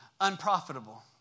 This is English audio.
unprofitable